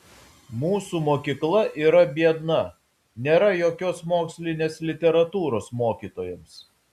mūsų mokykla yra biedna nėra jokios mokslinės literatūros mokytojams